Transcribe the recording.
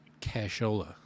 cashola